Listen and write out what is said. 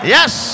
Yes